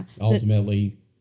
ultimately